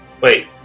Wait